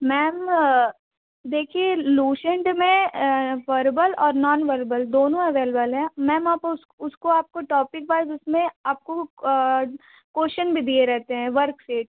ma'am देखिए Lucent में verbal और नॉन वर्बल दोनों अवैलेबल है मैम आप उसक उसको आपको टॉपिक वाइज़ उसमें आपको क्वेशन भी दिए रहते है वर्कसीट